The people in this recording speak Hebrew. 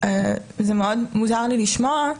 זה מאוד מוזר לי לשמוע,